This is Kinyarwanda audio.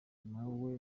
nawe